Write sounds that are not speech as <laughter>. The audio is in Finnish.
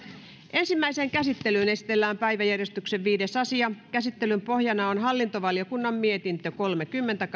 ensimmäiseen käsittelyyn esitellään päiväjärjestyksen viides asia käsittelyn pohjana on hallintovaliokunnan mietintö kolmekymmentä <unintelligible>